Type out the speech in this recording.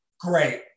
Great